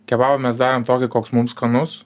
kebabą mes darėm tokį koks mum skanus